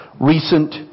recent